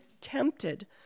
tempted